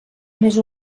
més